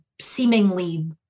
seemingly